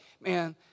man